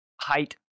height